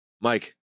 Mike